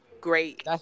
great